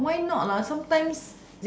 why not sometimes